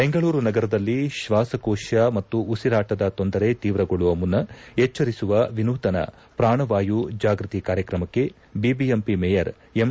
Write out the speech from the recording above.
ಬೆಂಗಳೂರು ನಗರದಲ್ಲಿ ತ್ನಾಸಕೋಶ ಮತ್ತು ಉಸಿರಾಟದ ತೊಂದರೆ ತೀವ್ರಗೊಳ್ಳುವ ಮುನ್ನ ಎಚ್ಚರಿಸುವ ವಿನೂತನ ಪ್ರಾಣವಾಯು ಜಾಗೃತಿ ಕಾರ್ಯಕ್ರಮಕ್ಕೆ ಬಿಬಿಎಂಪಿ ಮೇಯರ್ ಎಂ